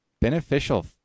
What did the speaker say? beneficial